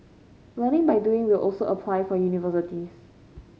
learning by doing will also apply for universities